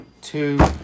two